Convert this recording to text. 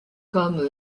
comme